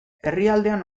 herrialdean